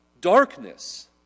Darkness